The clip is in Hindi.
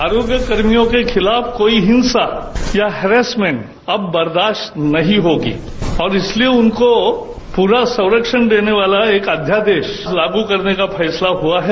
आरोग्य कर्मियों के खिलाफ कोई हिंसा या हैरैस्मेन्ट अब बर्दाश्त नहीं होगी और इसलिये उनको पूरा संरक्षण देने वाला एक अध्यादेश लागू करने का फैसला हुआ है